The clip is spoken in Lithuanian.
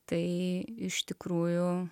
tai iš tikrųjų